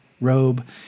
robe